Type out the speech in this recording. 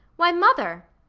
why, mother!